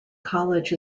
college